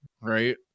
right